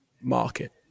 market